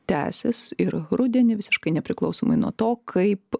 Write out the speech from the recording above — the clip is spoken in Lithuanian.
tęsis ir rudenį visiškai nepriklausomai nuo to kaip